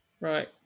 Right